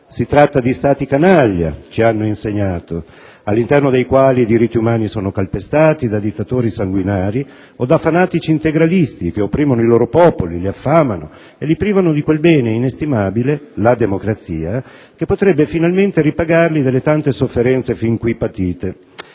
Si tratta di "Stati canaglia", ci hanno insegnato, all'interno dei quali i diritti umani sono calpestati da dittatori sanguinari o da fanatici integralisti, che opprimono i loro popoli, li affamano e li privano di quel bene inestimabile, la democrazia, che potrebbe finalmente ripagarli delle tante sofferenze fin qui patite.